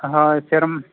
ᱟᱨ ᱦᱳᱭ ᱥᱮᱨᱢᱟ